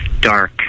dark